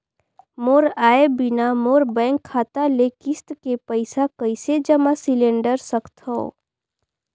मोर आय बिना मोर बैंक खाता ले किस्त के पईसा कइसे जमा सिलेंडर सकथव?